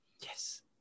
Yes